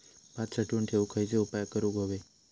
भात साठवून ठेवूक खयचे उपाय करूक व्हये?